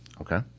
okay